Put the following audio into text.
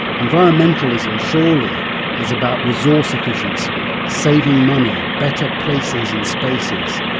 environmentalism surely is about resource efficiency, saving money, better places and spaces,